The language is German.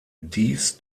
dies